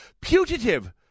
putative